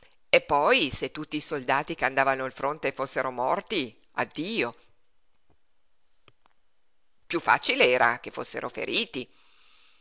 e poi se tutti i soldati che andavano al fronte fossero morti addio piú facile era che fossero feriti